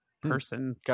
person